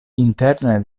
interne